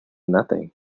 nothing